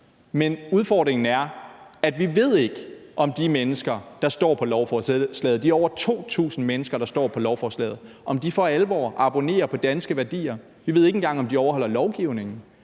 der står på lovforslaget – de over 2.000 mennesker, der står på lovforslaget – for alvor abonnerer på danske værdier. Vi ved ikke engang, om de overholder lovgivningen.